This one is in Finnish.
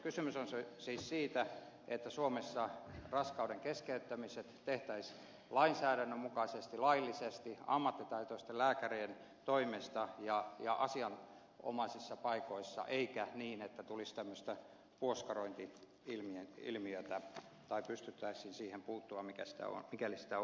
kysymys on siis siitä että suomessa raskauden keskeyttämiset tehtäisiin lainsäädännön mukaisesti laillisesti ammattitaitoisten lääkärien toimesta ja asianomaisissa paikoissa eikä niin että tulisi tämmöistä puoskarointi ilmiötä tai pystyttäisiin siihen puuttumaan mikäli sitä on